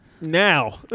now